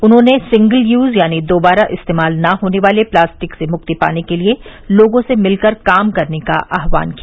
उन्होंने single use यानी दोबारा इस्तेमाल न होने वाले प्लास्टिक से मृक्ति पाने के लिए लोगों से मिलकर काम करने का आस्वान किया